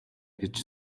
гэж